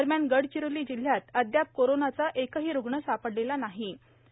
दरम्यानगडचिरोली जिल्ह्यात अदयाप कोरोंनाचा एकही रुग्ण सापडलेला नाही हे विशेष